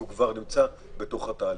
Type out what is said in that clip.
כי הוא כבר נמצא בתוך התהליך.